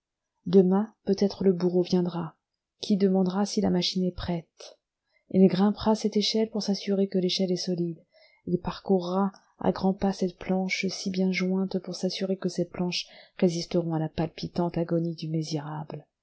demain peut-être le bourreau viendra qui demandera si la machine est prête il grimpera à cette échelle pour s'assurer que l'échelle est solide il parcourra à grands pas ces planches si bien jointes pour s'assurer que ces planches résisteront à la palpitante agonie du misérable